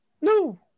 No